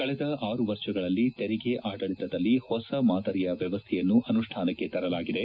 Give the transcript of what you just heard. ಕಳೆದ ಆರು ವರ್ಷಗಳಲ್ಲಿ ತೆರಿಗೆ ಆಡಳಿತದಲ್ಲಿ ಹೊಸ ಮಾದರಿಯ ವ್ಚವಸ್ವೆಯನ್ನು ಅನುಷ್ಠಾನಕ್ಕೆ ತರಲಾಗಿದೆ